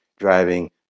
driving